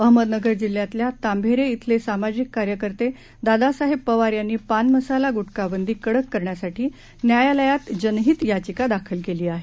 अहमदनगरजिल्ह्यातल्यातांभेरे श्रेलेसामाजिककार्यकर्तेदादासाहेबपवारयांनीपानमसालागुटखाबंदीकडककरण्यासाठीन्यायालयातजनहीत याचिकादाखलकेलीआहे